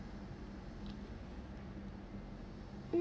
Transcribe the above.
mm